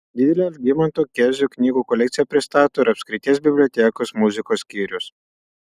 didelę algimanto kezio knygų kolekciją pristato ir apskrities bibliotekos muzikos skyrius